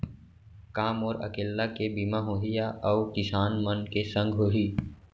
का मोर अकेल्ला के बीमा होही या अऊ किसान मन के संग होही?